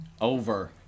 Over